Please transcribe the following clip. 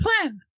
plan